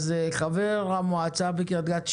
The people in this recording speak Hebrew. חבר המועצה בקריית גת,